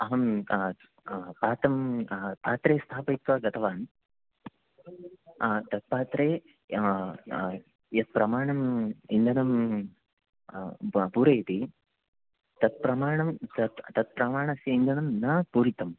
अहं पात्रं पात्रे स्थापयित्वा गतवान् तत् पात्रे यत् प्रमाणम् इन्धनं पूरयति तत् प्रमाणं तत् प्रमाणस्य इन्धनं न पूरितम्